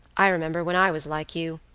i remember when i was like you,